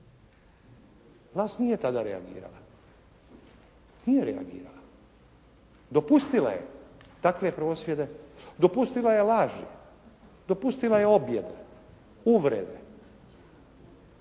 Vlast nije tada reagirala. Nije reagirala. Dopustila je takve prosvjede, dopustila je laži, dopustila je objede, uvrede,